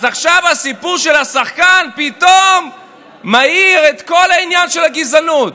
אז עכשיו הסיפור של השחקן פתאום מעיר את כל העניין של הגזענות.